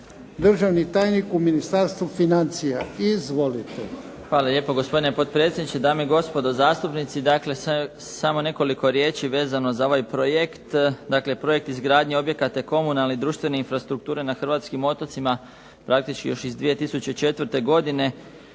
državni tajnik u Ministarstvu financija. Izvolite. **Marić, Zdravko** Hvala lijepo gospodine potpredsjedniče, dame i gospodo zastupnici. Dakle samo nekoliko riječi i vezano za ovaj projekt, dakle projekt objekata komunalne i društvene infrastrukture na hrvatskim otocima praktički još iz 2004. godine